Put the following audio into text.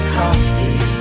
coffee